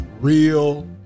Real